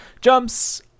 jumps